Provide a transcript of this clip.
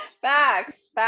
Facts